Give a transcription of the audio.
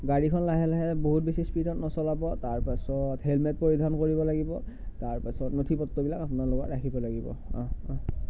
গাড়ীখন লাহে লাহে বহুত বেছি স্পিডত নচলাব তাৰপাছত হেলমেট পৰিধান কৰিব লাগিব তাৰপাছত নথি পত্ৰবিলাক আপোনালোকৰ ৰাখিব লাগিব অঁহ অঁহ অঁ